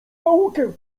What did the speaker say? naukę